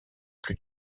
plus